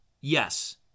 Yes